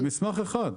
זה מסמך אחד.